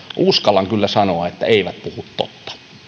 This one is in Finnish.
uskallan kyllä sanoa että he eivät puhu totta